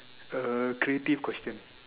uh creative question